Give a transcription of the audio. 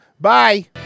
bye